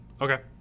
Okay